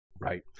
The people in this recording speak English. Right